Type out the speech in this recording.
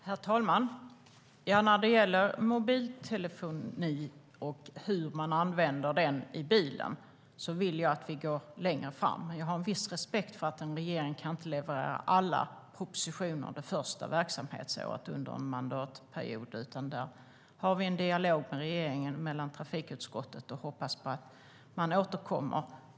Herr talman! När det gäller mobiltelefoni och hur man använder den i bilen vill jag att vi går längre. Jag har dock viss respekt för att en regering inte kan leverera alla propositioner det första verksamhetsåret under en mandatperiod. Men trafikutskottet har en dialog med regeringen, och vi hoppas att regeringen återkommer.